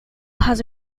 has